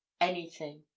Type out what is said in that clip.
anything